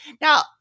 Now